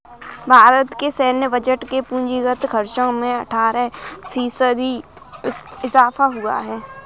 भारत के सैन्य बजट के पूंजीगत खर्चो में अट्ठारह फ़ीसदी इज़ाफ़ा हुआ है